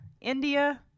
India